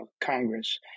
Congress